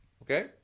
Okay